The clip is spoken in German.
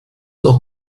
noch